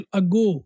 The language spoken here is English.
ago